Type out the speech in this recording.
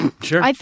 Sure